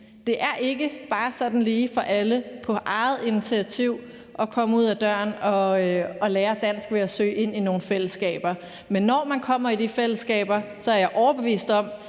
Det er ikke bare sådan lige for alle på eget initiativ at komme ud af døren og lære dansk ved at søge ind i nogle fællesskaber. Men når man kommer i de fællesskaber, er jeg overbevist om